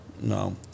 No